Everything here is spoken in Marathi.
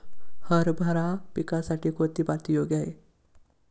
हरभरा पिकासाठी कोणती माती योग्य आहे?